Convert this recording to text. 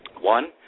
One